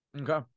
Okay